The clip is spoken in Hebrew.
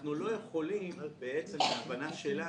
אנחנו לא יכולים, בהבנה שלנו,